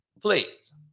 Please